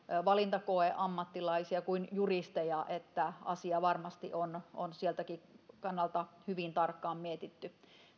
valintakoeammattilaisia kuin juristeja joten asia varmasti on on siltäkin kannalta hyvin tarkkaan mietitty